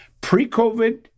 pre-COVID